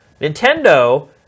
Nintendo